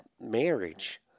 marriage